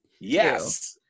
Yes